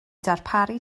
darparu